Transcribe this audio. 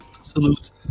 Salutes